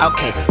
Okay